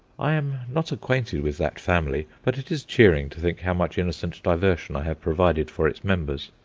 i am not acquainted with that family but it is cheering to think how much innocent diversion i have provided for its members.